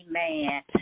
Amen